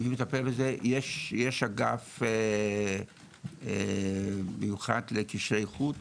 יש אגף מיוחד לקשרי חוץ